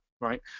right